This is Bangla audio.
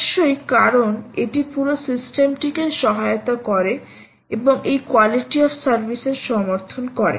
অবশ্যই কারণ এটি পুরো সিস্টেমটিকে সহায়তা করে এবং এই কোয়ালিটি অফ সার্ভিস এর সমর্থন করে